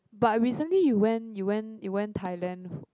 but recently you went you went you went Thailand